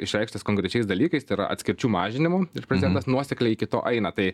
išreikštas konkrečiais dalykais tai yra atskirčių mažinimu ir prezidentas nuosekliai iki to aina tai